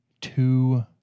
two